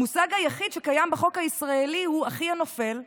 המושג היחיד שקיים בחוק הישראלי הוא אחי הנופל,